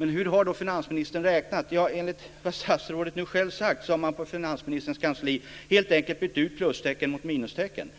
Hur har då finansministern räknat? Enligt vad statsrådet nu själv säger har man på finansministerns kansli helt enkelt bytt ut plustecken mot minustecken.